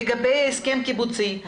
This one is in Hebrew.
לגבי הסכם קיבוצי,